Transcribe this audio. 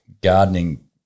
gardening